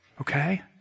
Okay